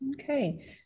Okay